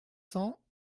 cents